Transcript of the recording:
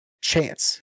Chance